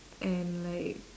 and like